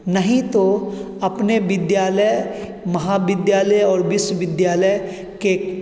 नहीं तो अपने विद्यालय महाविद्यालय और विश्व विद्यालय के